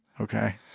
Okay